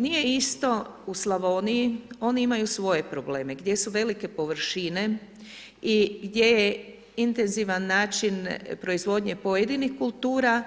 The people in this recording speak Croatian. Nije isto u Slavoniji, oni imaju svoje probleme, gdje su velike površine i gdje je intenzivan način proizvodnje pojedinih kultura